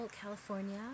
California